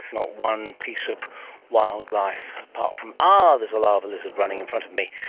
not one piece of wildlife apart from, ah, there's a lava lizard running in front of me.